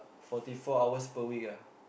forty four hours per week ah